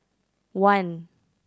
one